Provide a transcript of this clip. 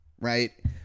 Right